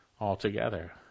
altogether